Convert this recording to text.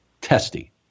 testy